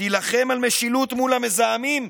תילחם על משילות מול המזהמים?